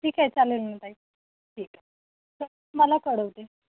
ठीक आहे चालेल ना ताई ठीक आहे तर तुम्हाला कळवते